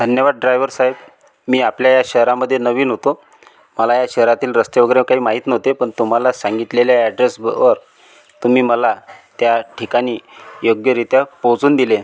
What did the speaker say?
धन्यवाद ड्रायवरसाहेब मी आपल्या या शहरामध्ये नवीन होतो मला या शहरातील रस्ते वगैरे काही माहीत नव्हते पण तुम्हाला सांगितलेल्या अॅड्रेसवर तुम्ही मला त्या ठिकाणी योग्यरीत्या पोहचून दिले